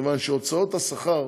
כיון שהוצאות השכר